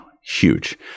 Huge